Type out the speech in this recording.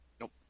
Nope